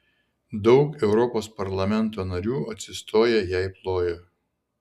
daug europos parlamento narių atsistoję jai plojo